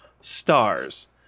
stars